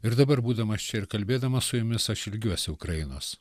ir dabar būdamas čia ir kalbėdamas su jumis aš ilgiuosi ukrainos